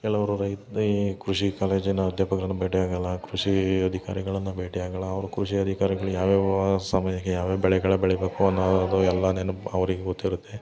ಕೆಲವರು ರೈತ್ರಿಗೆ ಕೃಷಿ ಕಾಲೇಜಿನ ಅಧ್ಯಾಪಕ್ರನ್ನ ಭೇಟಿಯಾಗಲ್ಲ ಕೃಷಿ ಅಧಿಕಾರಿಗಳನ್ನ ಭೇಟಿಯಾಗಲ್ಲ ಅವರು ಕೃಷಿ ಅಧಿಕಾರಿಗಳು ಯಾವ್ಯಾವ ಸಮಯಕ್ಕೆ ಯಾವ್ಯಾವ ಬೆಳೆಗಳು ಬೆಳಿಬೇಕು ಅನ್ನೋದು ಎಲ್ಲಾ ನೆನ್ಪು ಅವ್ರಿಗೆ ಗೊತ್ತಿರುತ್ತೆ